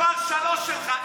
זה מס' שלוש שלך.